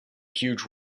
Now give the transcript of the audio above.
huge